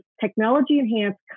technology-enhanced